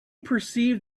perceived